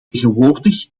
tegenwoordig